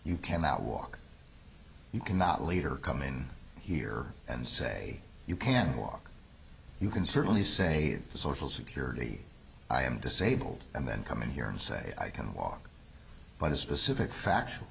you cannot walk you cannot lead or come in here and say you can walk you can certainly say social security i am disabled and then come in here and say i can walk by this specific factual